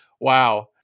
wow